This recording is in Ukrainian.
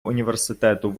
університету